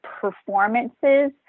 performances